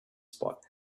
spot